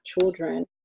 children